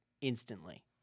instantly